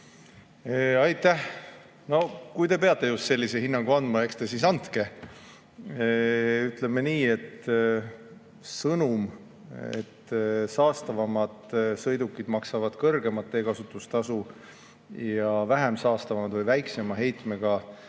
Aitäh! No kui te peate just sellise hinnangu andma, eks te siis andke. Ütleme nii, et sõnum, et saastavamad sõidukid maksavad kõrgemat teekasutustasu ja vähem saastavamad või väiksema heitmega